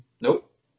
Nope